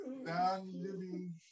non-living